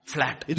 Flat